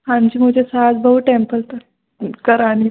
हाँ जी मुझे सास बहू टेम्पल पर करानी है